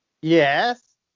Yes